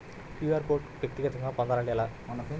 QR code వ్యక్తిగతంగా పొందాలంటే ఎలా?